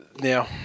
now